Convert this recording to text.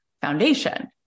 foundation